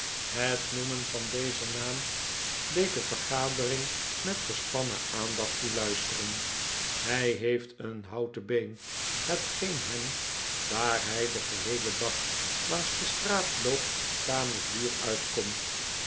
het noemen van dezen naam deed de vergadering met gespannen aandacht toeluisteren hij heeft een houten been hetgeen hem daar hij den geheelen dag langs de straat loopt tamelijk duur uitkomt